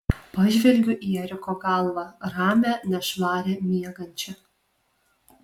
pažvelgiu į eriko galvą ramią nešvarią miegančią